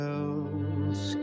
else